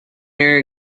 near